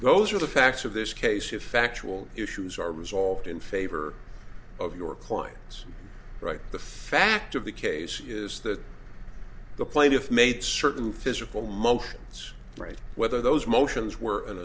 those are the facts of this case if factual issues are resolved in favor of your client's right the fact of the case is that the plaintiff made certain physical mo that's right whether those motions were an